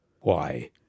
Why